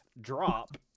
Drop